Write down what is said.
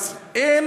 אז הם